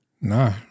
Nah